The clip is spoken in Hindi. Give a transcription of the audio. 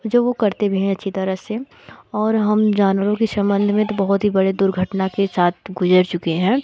जो वे करते भी हैं अच्छी तरह से और हम जानवरों की सम्बन्ध में तो बहुत ही बड़े दुर्घटना के साथ गुज़र चुके हैं